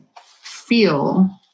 feel